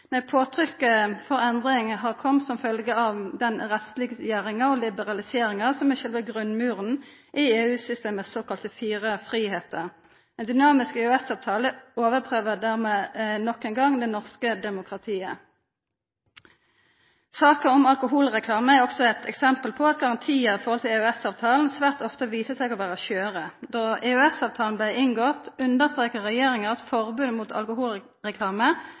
påtrykket for endring har kome som følgje av den rettsleggjeringa og liberaliseringa som er sjølve grunnmuren i EU-systemets såkalla fire fridomar. Ein dynamisk EØS-avtale overprøver dermed nok ein gong det norske demokratiet. Saka om alkoholreklame er også eit eksempel på at garantiar i EØS-avtalen, svært ofte viser seg å vera skjøre. Då EØS-avtalen blei inngått, understreka regjeringa at forbodet mot alkoholreklame,